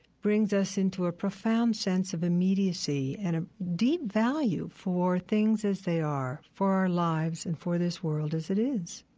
brings us into a profound sense of immediacy and a deep value for things as they are, for our lives and for this world as it is